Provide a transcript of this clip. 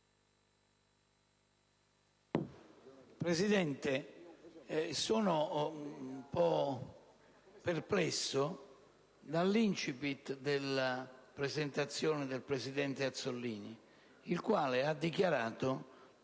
Presidente, sono un po' perplesso dall'*incipit* dell'intervento del presidente Azzollini, il quale ha dichiarato